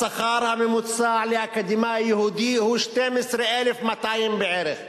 השכר הממוצע לאקדמאי יהודי הוא 12,200 שקל בערך,